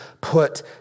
put